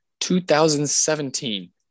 2017